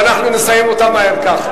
ואנחנו נסיים אותה מהר כך.